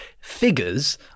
figures